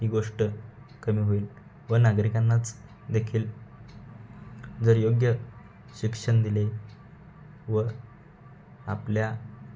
ही गोष्ट कमी होईल व नागरिकांनाच देखील जर योग्य शिक्षण दिले व आपल्या